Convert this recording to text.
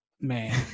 Man